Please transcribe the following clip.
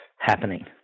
happening